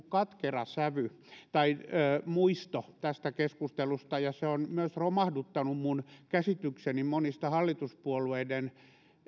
katkera muisto tästä keskustelusta ja se on myös romahduttanut minun käsitykseni monista hallituspuolueiden